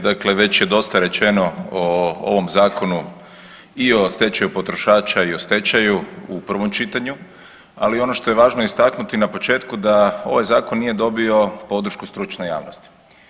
Dakle, već je dosta rečeno o ovom zakonu i o stečaju potrošača i o stečaju u prvom čitanju, ali ono što je važno istaknuti na početku da ovaj zakon nije dobio podršku stručne javnosti.